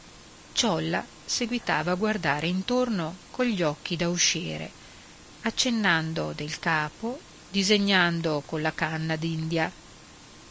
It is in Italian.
ciolla seguitava a guardare intorno cogli occhi da usciere accennando del capo disegnando colla canna